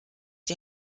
die